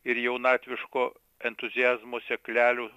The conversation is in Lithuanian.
ir jaunatviško entuziazmo sėklelių